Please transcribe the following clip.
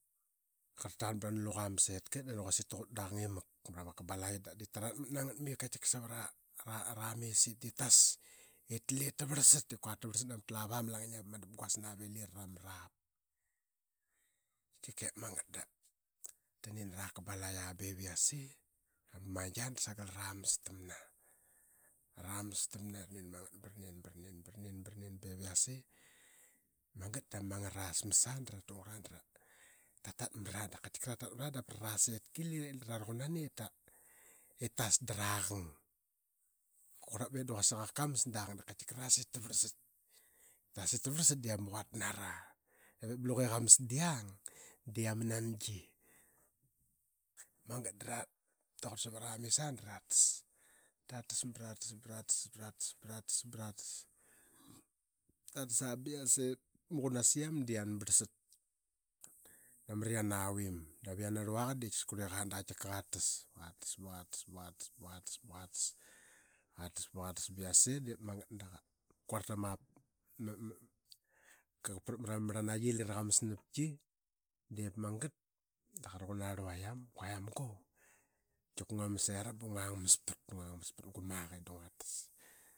Qarl ta taqan brana luqa ma setka ip diip quasik ta gut da qang i mak mra ma kabalaqi. Dap dii ta ratmat na ngat mai ip savra mis ip diip tas i tlep ta varlsat ip kuarik ta varlsat namat lava ma langingiap ama dapguas nap i lira mrap. Tika ip magat da ra nin ara kabalaya ba ip yase da ma mangia da sagel era mastana i ranin ma ngat. Ranin magat b ranin magat ba ranin magat ba ip yase da ma mang ara samas aa dara tu ngat da ra tatmat nangat. Ta tatmara dap parana sitkalira ra ruqunana i vet da qurlaqak kamas da qang diip tas ip ta varslat. I vip qak ka mas ba varsalt de ama quat na qa dap ivip ba quasik diama nangi naqa. Ta qut savara mis aa diip magat da ra tas. Ta tas ba na tas ba ra tas, ba ra tas ba yase dik ama ama qunasiam dii qian barlsat namara yiana vim dap yiana rluaqa dii qatias kurliqa da qa tas. Ka tas ba qa tas ba qatas ba yase de qa kuarl, ka prap mra ma marlanaqi lira qa tas ba qatas napki. Diip magat da quranqun arlua yam ma guayiam gau, tika ngua mas era ba guayiam mas pat pat gu maki i da nguat tas